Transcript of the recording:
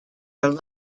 are